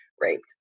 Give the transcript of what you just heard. Raped